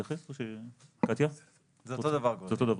זה אותו דבר.